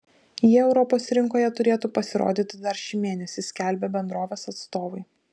jie europos rinkoje turėtų pasirodyti dar šį mėnesį skelbia bendrovės atstovai